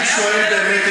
אני שואל באמת,